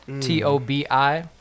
t-o-b-i